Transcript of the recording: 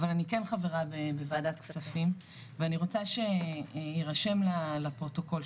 אבל אני כן חברה בוועדת הכספים ואני רוצה שיירשם לפרוטוקול,